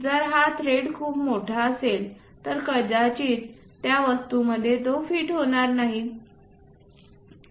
जर हा थ्रेड खूप मोठा असेल तर कदाचित त्या वस्तूमध्येही ते फिट होणार नाहीत